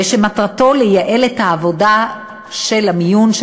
ושמטרתו לייעל את העבודה של המיון,